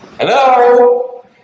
Hello